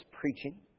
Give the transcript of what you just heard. preaching